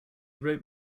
wrote